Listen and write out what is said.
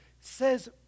says